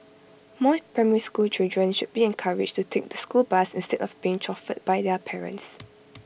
more primary school children should be encouraged to take the school bus instead of being chauffeured by their parents